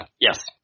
yes